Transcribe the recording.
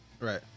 right